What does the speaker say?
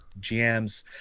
GMs